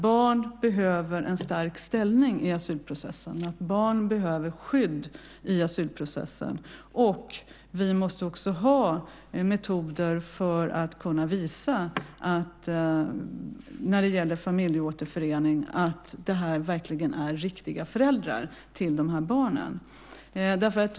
Barn behöver en stark ställning i asylprocessen, och barn behöver skydd i asylprocessen. Vi måste också när det gäller familjeåterförening ha metoder för att kunna visa att det är fråga om de riktiga föräldrarna till barnen.